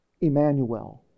Emmanuel